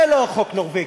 זה לא החוק הנורבגי.